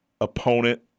opponent